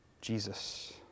Jesus